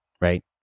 right